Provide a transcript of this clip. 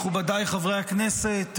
מכובדיי חברי הכנסת,